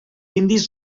indis